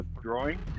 drawing